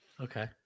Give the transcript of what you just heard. Okay